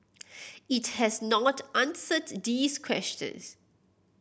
it has not answered these questions